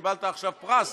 קיבלת עכשיו פרס,